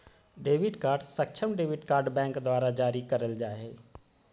debit card सक्षम debit card bank द्वारा जारी करल जा हइ